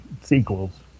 sequels